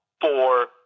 four